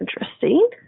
interesting